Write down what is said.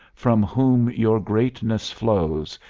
from whom your greatness flows,